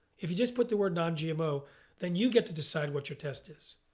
if you just put the word non-gmo then you get to decide what your test is.